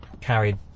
carried